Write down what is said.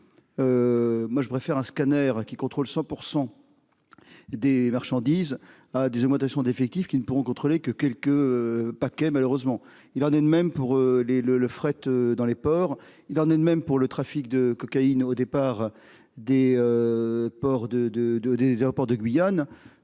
Moi je préfère un scanner qui contrôle 100%. Des marchandises à des augmentations d'effectifs qui ne pourront contrôler que quelques. Paquets malheureusement il en est de même pour les le le fret dans les ports, il en est de même pour le trafic de cocaïne au départ des. Ports de de